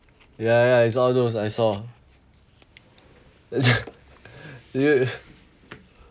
yeah yeah it's all those I saw